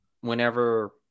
whenever